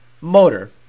motor